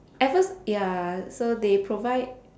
at first ya so they provide